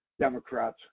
Democrats